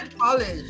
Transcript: college